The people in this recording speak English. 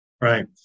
right